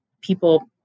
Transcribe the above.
people